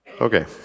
Okay